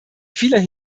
vieler